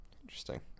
Interesting